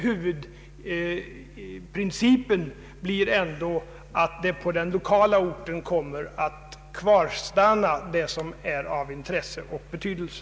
Huvudprincipen blir att på orten kommer att kvarstanna det som är av intresse och betydelse.